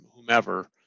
whomever